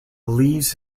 believes